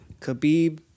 Khabib